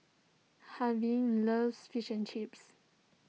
Harvie loves Fish and Chips